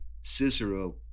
Cicero